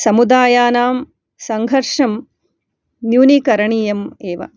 समुदायानां सङ्घर्षं न्यूनीकरणीयम् एव